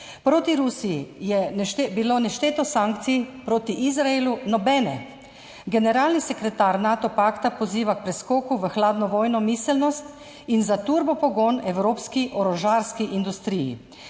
Proti Rusiji je bilo nešteto sankcij, proti Izraelu nobene. Generalni sekretar Nato pakta poziva k preskoku v hladnovojno miselnost in za turbopogon evropski orožarski industriji.